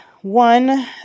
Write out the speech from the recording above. One